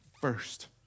first